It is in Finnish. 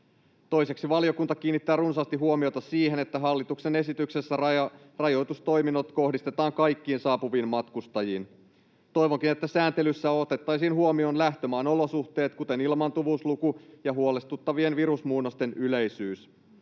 Toiseksi valiokunta kiinnittää runsaasti huomiota siihen, että hallituksen esityksessä rajoitustoiminnot kohdistetaan kaikkiin saapuviin matkustajiin. Toivonkin, että sääntelyssä otettaisiin huomioon lähtömaan olosuhteet, kuten ilmaantuvuusluku ja huolestuttavien virusmuunnosten yleisyys.